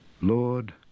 Lord